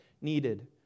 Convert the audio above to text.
needed